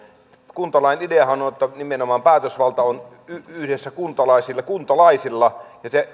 kuntalain ideahan on että nimenomaan päätösvalta on yhdessä kuntalaisilla ja